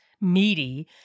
meaty